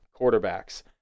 quarterbacks